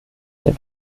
der